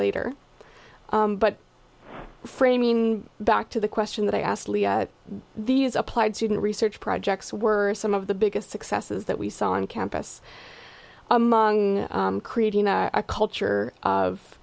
later but framing back to the question that i asked these applied student research projects were some of the biggest successes that we saw on campus among creating a culture of